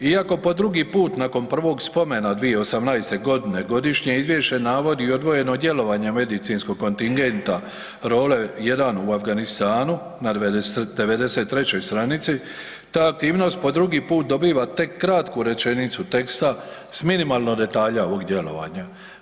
Iako po drugi put nakon prvog spomena 2018. godine godišnje izvješće navodi i odvojeno djelovanjem medicinskog kontingenta ROLE-1 u Afganistanu, na 93. stranici ta aktivnost po drugi put dobiva tek kratku rečenicu teksta s minimalno detalja ovog djelovanja.